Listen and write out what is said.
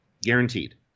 guaranteed